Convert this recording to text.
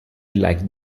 like